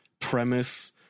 premise